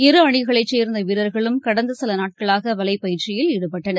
இரு அணிகளைச் சேர்ந்தவீரர்களும் கடந்தசிலநாட்களாகவலைப் பயிற்சியில் ஈடுபட்டனர்